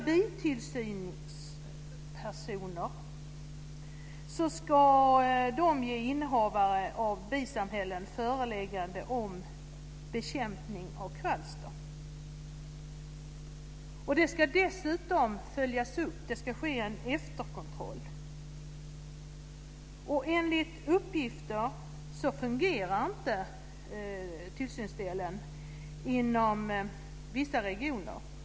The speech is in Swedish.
Bitillsyningspersonal ska ge innehavare av bisamhällen föreläggande om bekämpning av kvalster. Det ska dessutom ske en efterkontroll. Enligt uppgifter fungerar inte tillsynsdelen inom vissa regioner.